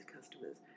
customers